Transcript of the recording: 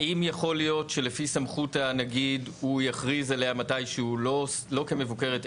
האם יכול להיות שלפי סמכות הנגיד הוא יכריז עליה מתישהו לא כמבוקרת,